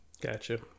gotcha